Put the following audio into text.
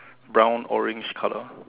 brown orange colour